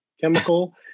chemical